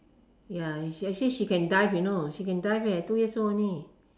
ya is she actually she can dive you know she can dive eh two years old only